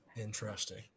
Interesting